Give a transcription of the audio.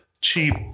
cheap